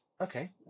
Okay